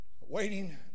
Waiting